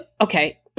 okay